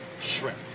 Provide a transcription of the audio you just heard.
shrimp